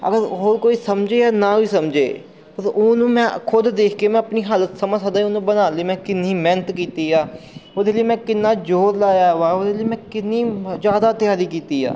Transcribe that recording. ਅਗਰ ਹੋਰ ਕੋਈ ਸਮਝੇ ਜਾਂ ਨਾ ਵੀ ਸਮਝੇ ਉਹਨੂੰ ਮੈਂ ਖੁਦ ਦੇਖ ਕੇ ਮੈਂ ਆਪਣੀ ਹਾਲਤ ਸਮਝ ਸਕਦਾ ਉਹਨੂੰ ਬਣਾਉਣ ਲਈ ਮੈਂ ਕਿੰਨੀ ਮਿਹਨਤ ਕੀਤੀ ਆ ਉਹਦੇ ਲਈ ਮੈਂ ਕਿੰਨਾ ਜ਼ੋਰ ਲਾਇਆ ਵਾ ਉਹਦੇ ਲਈ ਮੈਂ ਕਿੰਨੀ ਜ਼ਿਆਦਾ ਤਿਆਰੀ ਕੀਤੀ ਆ